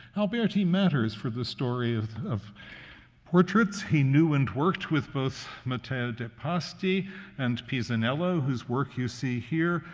alberti matters for the story of of portraits. he knew and worked with both matteo de' pasti and pisanello, whose work you see here,